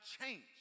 change